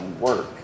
work